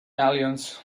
alliance